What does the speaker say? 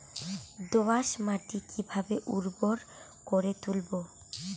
দোয়াস মাটি কিভাবে উর্বর করে তুলবো?